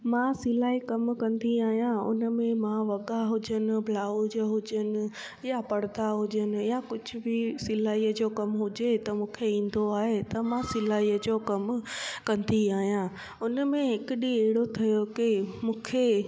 मां सिलाई कमु कंदी आहियां उन में मां वॻा हुजनि ब्लाउज हुजनि या पर्दा हुजनि या कुझु बि सिलाईअ जो कमु हुजे त मूंखे ईंदो आहे त मां सिलाईअ जो कमु कंदी आहियां उन में हिकु ॾींहुं अहिड़ो ठहियो की मूंखे